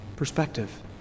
Perspective